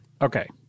Okay